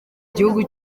gihugu